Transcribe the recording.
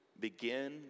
begin